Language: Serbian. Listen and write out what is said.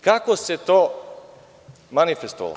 Kako se to manifestovalo?